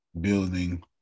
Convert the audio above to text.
building